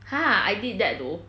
ha I did that though